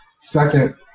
Second